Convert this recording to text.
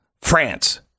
France